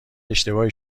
اشتباهی